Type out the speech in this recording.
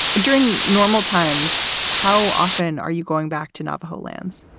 during normal times. how often are you going back to navajo lands?